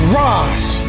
rise